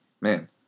man